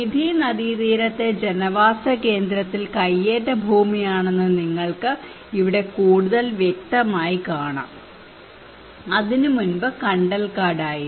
മിഥി നദീതീരത്തെ ജനവാസ കേന്ദ്രത്തിൽ കൈയേറ്റ ഭൂമിയാണെന്ന് നിങ്ങൾക്ക് ഇവിടെ കൂടുതൽ വ്യക്തമായി കാണാം അത് മുമ്പ് കണ്ടൽക്കാടായിരുന്നു